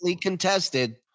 contested